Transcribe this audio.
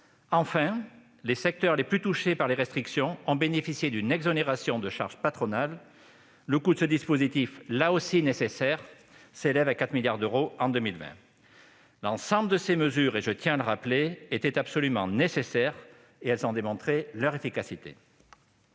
Enfin, les secteurs les plus touchés par les restrictions ont bénéficié d'une exonération de charges patronales. Le coût de ce dispositif, lui aussi nécessaire, s'élève à 4 milliards d'euros pour 2020. Je tiens à le rappeler, l'ensemble de ces mesures étaient absolument nécessaires et ont démontré leur efficacité.